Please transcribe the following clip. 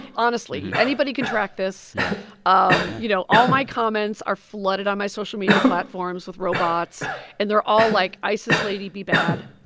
honestly, anybody can track this yeah um you know, all my comments are flooded on my social media platforms with robots and they're all like isis lady be bad,